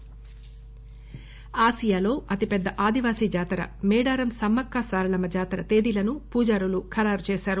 మేడారం జాతర ఆసియాలో అతిపెద్ద ఆదివాసి జాతర మేడారం సమ్మక్క సారలమ్మ జాతర తేదీలను పూజారులు ఖరారు చేశారు